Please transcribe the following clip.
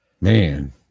man